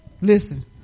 Listen